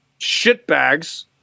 shitbags